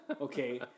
Okay